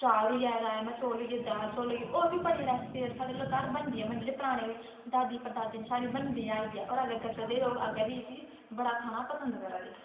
चा'र होई गेआ राजमाह् चौल होइये दाल चौल होइये होर बी बड़ियां रेसिपियां जेह्ड़ियां घर बनदियां गै बनदियां न पराने दादी प्रदादी दी बनदी आई ऐ करी सकदे लोक इस्सी बड़ा खाना पसंद करदे